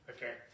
Okay